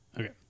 okay